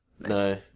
no